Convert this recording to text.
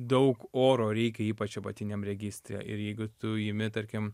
daug oro reikia ypač apatiniam registre ir jeigu tu imi tarkim